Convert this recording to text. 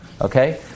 Okay